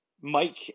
Mike